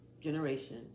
generation